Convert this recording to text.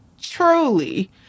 truly